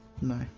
No